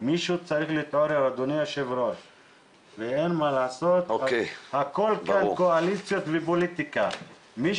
יש בזה גם בעיה פדגוגית אמיתית כי